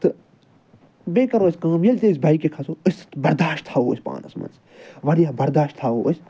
تہٕ بیٚیہِ کرو أسۍ کٲم ییٚلہِ تہٕ أسۍ بایکہِ کھسوٚو أسۍ برداشت تھاوو أسۍ پانَس منٛز واریاہ برداشت تھاوو أسۍ